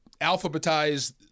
alphabetize